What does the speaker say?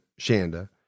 Shanda